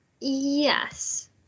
yes